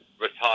retire